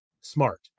Smart